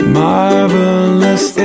marvelous